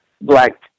black